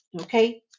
okay